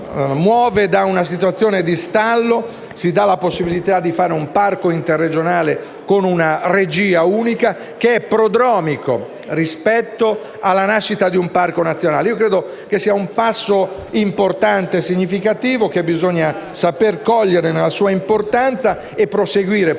muove da una situazione di stallo, si dà la possibilità di realizzare un parco interregionale, con una regia unica, prodromico alla nascita di un parco nazionale. Credo sia un passo importante e significativo che bisogna saper cogliere nella sua importanza per proseguire poi